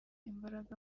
imbaraga